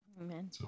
Amen